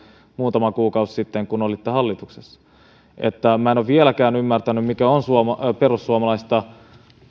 muutama kuukausi sitten kun olitte hallituksessa minä en ole vieläkään ymmärtänyt mikä on reilua perussuomalaista